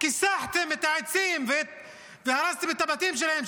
כיסחתם את העצים והרסתם את הבתים שלהם.